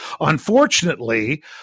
Unfortunately